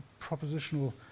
propositional